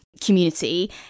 community